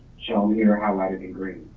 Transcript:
shown you know highlighted in green.